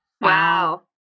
Wow